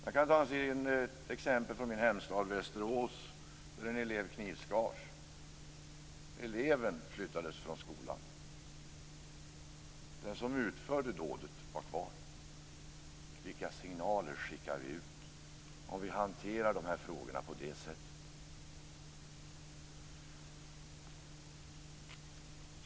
Jag kan ta ett exempel från min hemstad Västerås. En elev knivskars. Eleven flyttades från skolan, den som utförde dådet var kvar. Vilka signaler skickar vi ut om vi hanterar de här frågorna på det sättet?